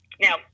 Now